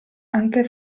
anche